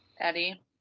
eddie